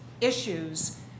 issues